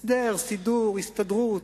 הסדר, סידור, הסתדרות.